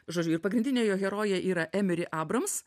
žodžiu ir pagrindinė jo herojė yra emiri abrams